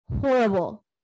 horrible